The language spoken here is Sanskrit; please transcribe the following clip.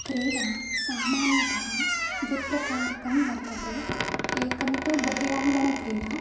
क्रीडा सामान्यतः द्विप्रकारकं वर्तते एकं तु बहिरङ्गणक्रीडा